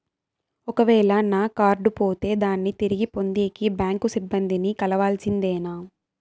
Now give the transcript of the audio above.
ఒక వేల నా కార్డు పోతే దాన్ని తిరిగి పొందేకి, బ్యాంకు సిబ్బంది ని కలవాల్సిందేనా?